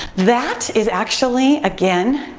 that is actually again,